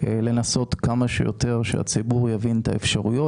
להגיע לכך שהציבור יבין את האפשרויות.